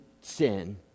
sin